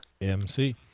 MC